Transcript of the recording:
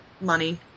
money